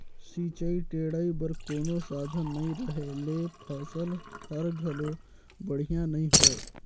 सिंचई टेड़ई बर कोनो साधन नई रहें ले फसल हर घलो बड़िहा नई होय